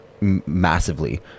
massively